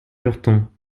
lurton